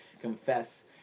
Confess